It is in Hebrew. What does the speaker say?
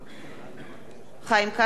אינו נוכח יעקב כץ,